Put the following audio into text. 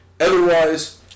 Otherwise